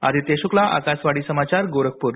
आदित्य शुक्ला आकारवाणी समाचार गोरखपुर